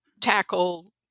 tackle